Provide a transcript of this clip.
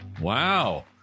Wow